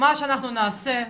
שאנחנו נעשה,